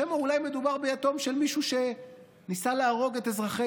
שמא אולי מדובר ביתום של מישהו שניסה להרוג את אזרחי